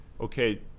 okay